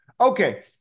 Okay